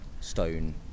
stone